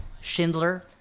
Schindler